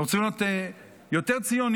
אנחנו צריכים להיות יותר ציוניים,